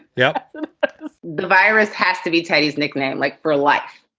yeah the virus has to be tied. his nickname, like for life,